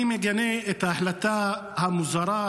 אני מגנה את ההחלטה המוזרה,